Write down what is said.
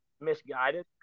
misguided